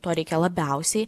to reikia labiausiai